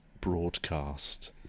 broadcast